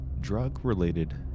drug-related